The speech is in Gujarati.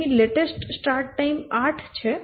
અહીં લેટેસ્ટ સ્ટાર્ટ ટાઈમ 8 છે